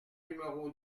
numéro